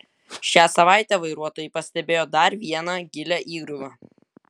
šią savaitę vairuotojai pastebėjo dar vieną gilią įgriuvą